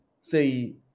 say